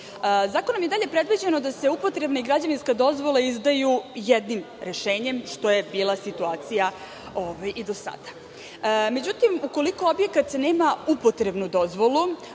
dobra. Zakonom je predviđeno da se upotrebne i građevinske dozvole izdaju jednim rešenjem, što je bila situacija i do sada. Međutim, ukoliko objekat nema upotrebnu dozvolu,